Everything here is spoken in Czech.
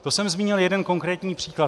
To jsem zmínil jeden konkrétní příklad.